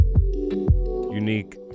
Unique